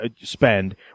spend